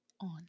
on